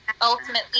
ultimately